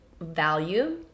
value